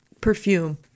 perfume